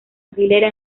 aguilera